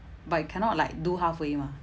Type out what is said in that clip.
but you cannot like do halfway mah